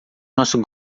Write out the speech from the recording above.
nosso